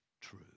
true